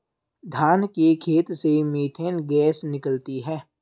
धान के खेत से मीथेन गैस निकलती है